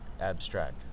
abstract